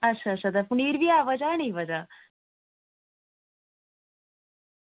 अच्छा अच्छा ते पनीर बी ऐ बचे दा नेईं बचे दा